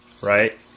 right